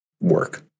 work